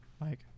Mike